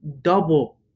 double